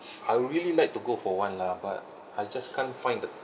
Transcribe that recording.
I would really like to go for one lah but I just can't find the